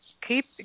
keep